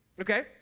Okay